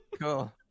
cool